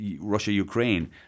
Russia-Ukraine